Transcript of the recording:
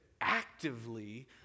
actively